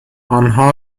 آنها